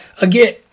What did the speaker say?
again